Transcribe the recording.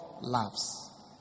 loves